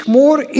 more